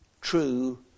true